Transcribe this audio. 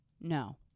No